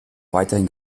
weiterhin